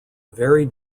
very